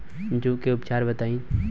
जूं के उपचार बताई?